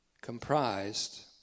comprised